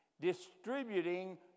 distributing